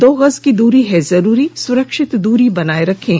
दो गज की दूरी है जरूरी सुरक्षित दूरी बनाए रखें